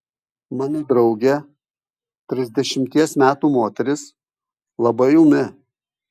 mano draugė trisdešimties metų moteris labai ūmi